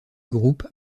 groupe